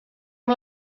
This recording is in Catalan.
amb